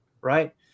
right